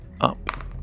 up